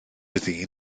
iddi